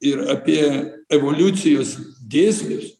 ir apie evoliucijos dėsnius